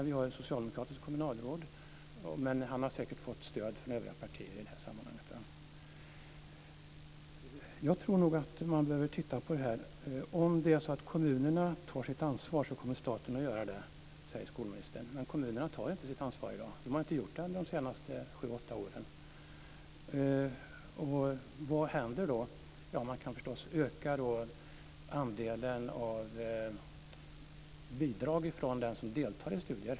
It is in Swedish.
Vi har ett socialdemokratiskt kommunalråd, men han har säkert fått stöd från övriga partier i det sammanhanget. Man behöver nog titta på detta. Om inte kommunerna tar sitt kommer staten att göra det, säger skolministern. Men kommunerna tar inte sitt ansvar i dag. De har inte gjort det under de senaste sju åtta åren. Vad händer då? Ja, man kan förstås öka andelen bidrag från dem deltar i studier.